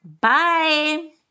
Bye